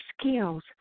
skills